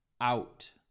out